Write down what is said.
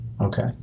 Okay